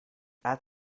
add